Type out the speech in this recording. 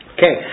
Okay